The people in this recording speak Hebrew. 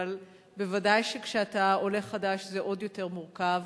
אבל בוודאי כשאתה עולה חדש זה עוד יותר מורכב.